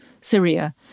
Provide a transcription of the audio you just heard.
Syria